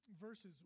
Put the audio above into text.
verses